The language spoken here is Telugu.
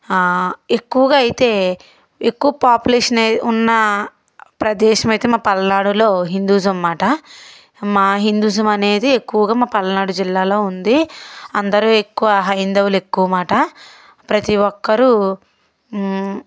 ఎక్కువగా అయితే ఎక్కువ పాపులేషన్ ఉన్న ప్రదేశమైతే మా పల్నాడులో హిందూయిజం మాట మా హిందూయిజం అనేది ఎక్కువగా మా పల్నాడు జిల్లాలో ఉంది అందరు ఎక్కువ హైందవులు ఎక్కువమాట ప్రతీ ఒక్కరు